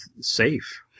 safe